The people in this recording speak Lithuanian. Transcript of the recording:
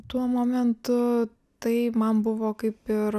tuo momentu tai man buvo kaip ir